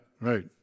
right